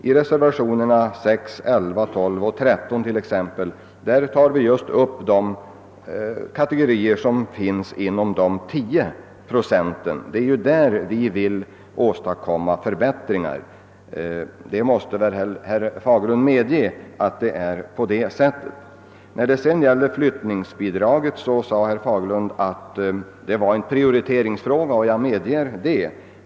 I reservationerna 6, 11, 12 och 13 tar vi t.ex. just upp de kategorier som ryms inom de 10 procenten. Det är där vi vill åstadkomma förbättringar; herr Fagerlund måste väl erkänna att det förhåller sig så. Vad flyttningsbidraget beträffar menade herr Fagerlund att det var en prioriteringsfråga, och jag medger det.